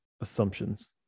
assumptions